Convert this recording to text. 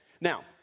now